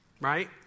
Right